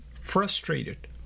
frustrated